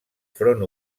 front